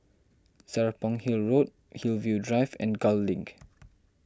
Serapong Hill Road Hillview Drive and Gul Link